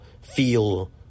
feel